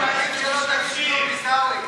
תציין מה, עדיף שלא תגיד כלום, עיסאווי.